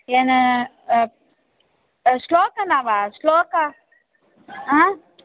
येन श्लोक न वा श्लोक आ